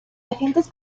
agentes